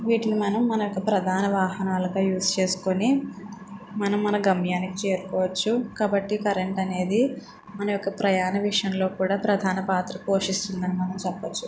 వీటిల్ని మనం మన యొక్క ప్రధాన వాహనాలుగా యూస్ చేసుకొని మనం మన గమ్యానికి చేరుకోవచ్చు కాబట్టి కరెంట్ అనేది మన యొక్క ప్రయాణ విషయంలో కూడా ప్రధాన పాత్ర పోషిస్తుంది అని మనం చెప్పచ్చు